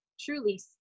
truly